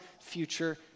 future